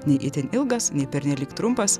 nei itin ilgas nei pernelyg trumpas